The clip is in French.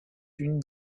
une